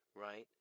right